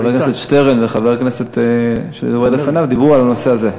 חבר הכנסת שטרן וחברי הכנסת שדיברו לפניו דיברו על הנושא הזה,